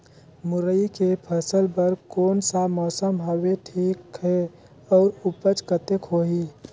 मुरई के फसल बर कोन सा मौसम हवे ठीक हे अउर ऊपज कतेक होही?